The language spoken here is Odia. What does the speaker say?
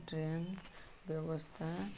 ଡ୍ରେନ୍ ବ୍ୟବସ୍ଥା